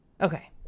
Okay